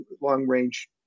long-range